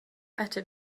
better